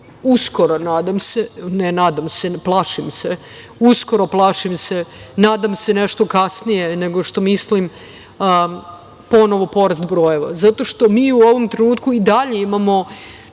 neizbežno da ćemo mi videti uskoro, plašim se, nadam se nešto kasnije nego što mislim, ponovo porast brojeva zato što mi u ovom trenutku i dalje imamo